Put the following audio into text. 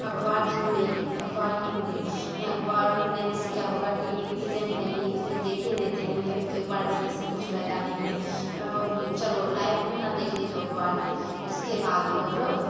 अख़बार क्यों लें अख़बार क्यों लें ये अख़बार लेने से क्या होगा टेलीविजन है ही उसमें देख ही लेते हैं न्यूज तो अख़बार लेने से कुछ फ़ायदा नहीं है वह भी चलो लाइव क्यों ना देख लें जो अख़बार लें इसके बाद वह लोग